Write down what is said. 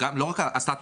לא רק הסטטוס,